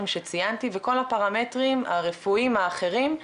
שציינתי וכל הפרמטרים הרפואיים האחרים,